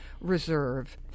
reserve